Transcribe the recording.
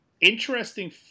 interesting